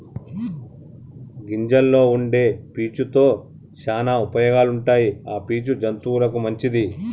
గింజల్లో వుండే పీచు తో శానా ఉపయోగాలు ఉంటాయి ఆ పీచు జంతువులకు మంచిది